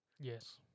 Yes